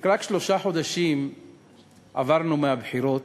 רק שלושה חודשים עברנו מהבחירות,